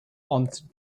answered